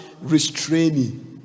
restraining